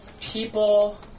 people